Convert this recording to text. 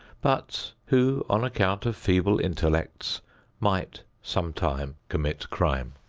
but who on account of feeble intellects might sometime commit crime.